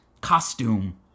costume